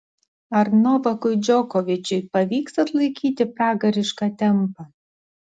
ar novakui džokovičiui pavyks atlaikyti pragarišką tempą